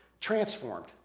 transformed